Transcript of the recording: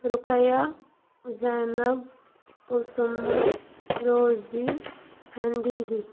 رُقیہ زینب کُلسُمہ روزی فٮ۪ن دیٖدی